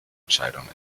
entscheidung